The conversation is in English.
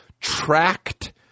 tracked